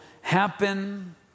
happen